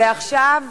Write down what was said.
ועכשיו,